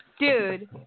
Dude